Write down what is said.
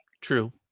True